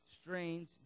strange